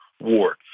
war